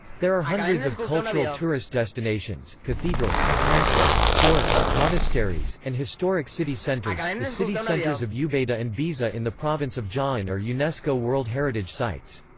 there are hundreds of cultural tourist destinations cathedrals, castles, forts, monasteries, and historic city centers the city centers of ubeda and baeza in the province of jaen are unesco world heritage sites.